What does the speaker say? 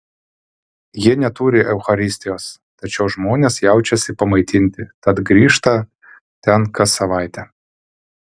jie neturi eucharistijos tačiau žmonės jaučiasi pamaitinti tad grįžta ten kas savaitę